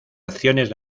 acciones